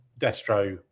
Destro